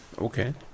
Okay